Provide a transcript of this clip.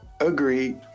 Agreed